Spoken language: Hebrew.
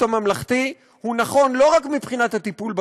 הממלכתי הוא נכון לא רק מבחינת הטיפול בקשישים,